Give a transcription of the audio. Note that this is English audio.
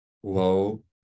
whoa